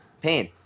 pain